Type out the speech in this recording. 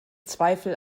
zweifel